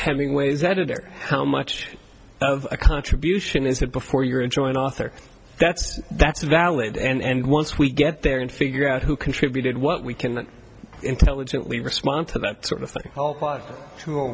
hemingway's editor how much of a contribution is it before you're enjoying author that's that's a valid and once we get there and figure out who contributed what we can intelligently respond to that sort of thing to